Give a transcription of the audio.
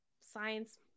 science